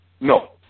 No